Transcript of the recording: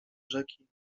rzeki